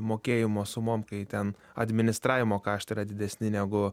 mokėjimo sumom kai ten administravimo kaštai yra didesni negu